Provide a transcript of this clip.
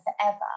forever